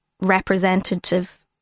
representative